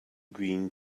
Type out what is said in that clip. green